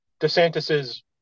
DeSantis's